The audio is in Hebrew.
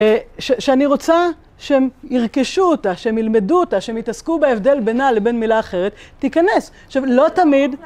שאני רוצה שהם ירכשו אותה, שהם ילמדו אותה, שהם יתעסקו בהבדל בינה לבין מילה אחרת, תיכנס. עכשיו, לא תמיד...